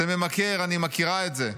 זה ממכר, אני מכירה את זה.